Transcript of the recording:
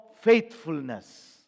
faithfulness